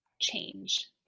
change